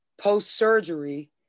post-surgery